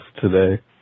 today